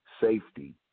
safety